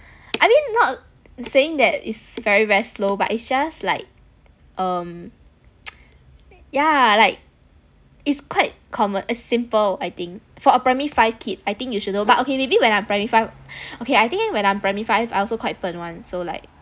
I mean not saying that it's very very slow but it's just like um yeah like it's quite common a simple I think for a primary five kid I think you should though but okay maybe when I'm primary five okay I think when I'm primary five I also quite 笨 [one] so like